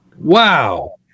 Wow